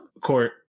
court